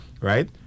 Right